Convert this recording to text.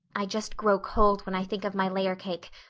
i just grow cold when i think of my layer cake.